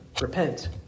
repent